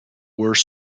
were